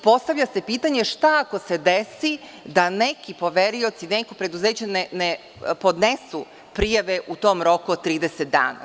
Postavlja se pitanje – šta ako se desi da neki poverioci, neka preduzeća ne podnesu prijave u tom roku od 30 dana?